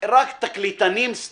ואלה סתם דוגמאות,